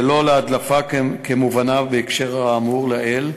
ולא הדלפה במובנה בהקשר האמור לעיל,